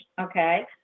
okay